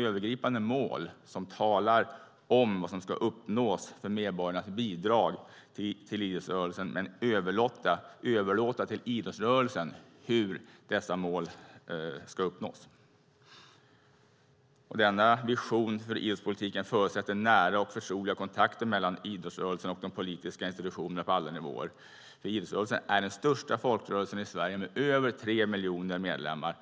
övergripande mål som talar om vad som ska uppnås för medborgarnas bidrag till idrottsrörelsen men överlåta till idrottsrörelsen att besluta hur dessa mål ska uppnås. Denna vision för idrottspolitiken förutsätter nära och förtroliga kontakter mellan idrottsrörelsen och de politiska institutionerna på alla nivåer. Idrottsrörelsen är den största folkrörelsen i Sverige med över tre miljoner medlemmar.